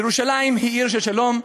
ירושלים היא עיר של שלום.